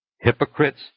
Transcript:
Hypocrites